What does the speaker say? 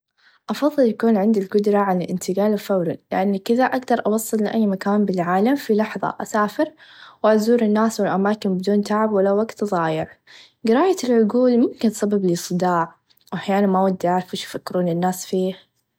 أفظل يكون عندي القدره على الإنتقال الفوري لإن كدخ أقدر أوصل لأي مكان بالعالم في لحظه أسافر و أزور الناس و الأماكن بدون تعب ولا وقت ظايع قرايه العقول ممكن تسببلي صداع و أحيانا ما أود أعرف إيش يفكرون الناس فيه.